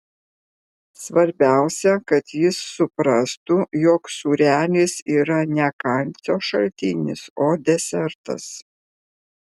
svarbiausia kad jis suprastų jog sūrelis yra ne kalcio šaltinis o desertas